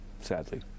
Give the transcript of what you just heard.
sadly